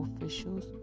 officials